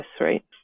right